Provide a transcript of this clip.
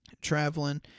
traveling